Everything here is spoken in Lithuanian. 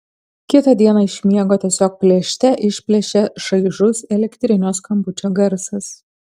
kitą dieną iš miego tiesiog plėšte išplėšia šaižus elektrinio skambučio garsas